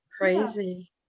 crazy